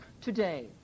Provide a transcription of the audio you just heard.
today